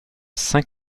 saint